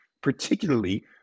particularly